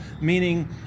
meaning